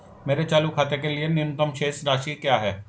मेरे चालू खाते के लिए न्यूनतम शेष राशि क्या है?